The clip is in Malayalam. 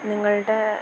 നിങ്ങളുടെ